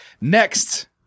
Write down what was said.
next